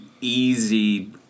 easy